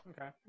Okay